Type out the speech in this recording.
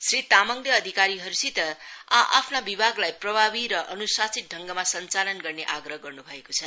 श्री तामाङले अधिकारीहरूसित आ आफ्ना विभागलाई प्रभावी र अन्शासित ढङ्गमा सञ्चालन गर्ने आग्रह गर्न् भएको छ